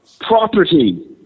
property